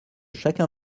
chacun